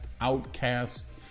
Outcast